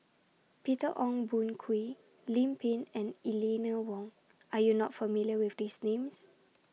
Peter Ong Boon Kwee Lim Pin and Eleanor Wong Are YOU not familiar with These Names